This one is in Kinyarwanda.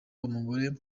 umugore